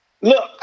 look